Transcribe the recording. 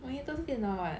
monitor 是电脑 what